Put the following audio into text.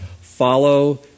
Follow